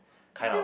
kind of